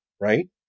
right